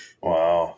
Wow